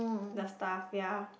the stuff ya